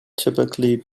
typically